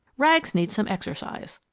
rags needs some exercise!